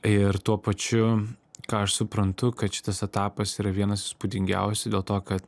ir tuo pačiu ką aš suprantu kad šitas etapas yra vienas įspūdingiausių dėl to kad